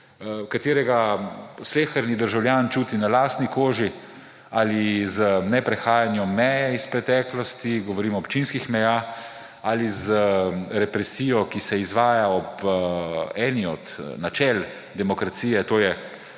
katerega sleherni državljan čuti na lastni koži ali z neprehajanjem meje iz preteklosti, govorim občinskih meja, ali z represijo, ki se izvaja ob eni od načel demokracije, to je